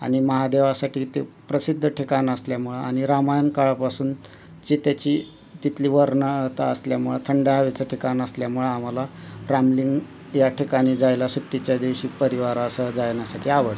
आणि महादेवासाठी ते प्रसिद्ध ठिकाण असल्यामुळं आणि रामायनकाळापासून जे त्याची तिथली वर्णता असल्यामुळं थंड हवेचं ठिकाण असल्यामुळं आम्हाला रामलिंग या ठिकाणी जायला सुट्टीच्या दिवशी परिवारासह जाण्यासाठी आवडतं